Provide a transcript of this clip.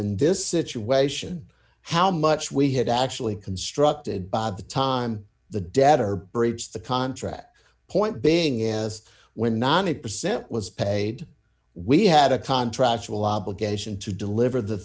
in this situation how much we had actually constructed by the time the debtor breached the contract point being is when nonny percent was paid we had a contract will obligation to deliver the